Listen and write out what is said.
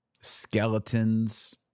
skeletons